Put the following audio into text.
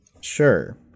Sure